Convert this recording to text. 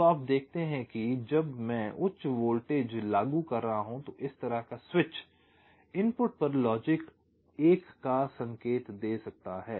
तो आप देखते हैं कि जब मैं उच्च वोल्टेज लागू कर रहा हूं तो इस तरह का स्विच इनपुट पर लॉजिक 1 का संकेत दे सकता है